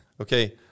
okay